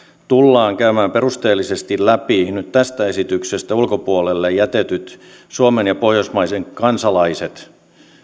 tullaan käymään perusteellisesti läpi nyt tästä esityksestä ulkopuolelle jätetyt suomen ja pohjoismaiden kansalaiset